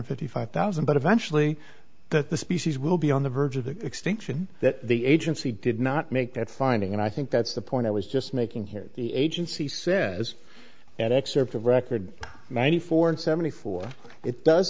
r fifty five thousand but eventually that the species will be on the verge of extinction that the agency did not make that finding and i think that's the point i was just making here the agency says an excerpt of record ninety four and seventy four it does